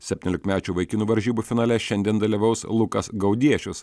septyniolikmečių vaikinų varžybų finale šiandien dalyvaus lukas gaudiešius